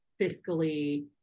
fiscally